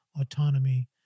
autonomy